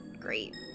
Great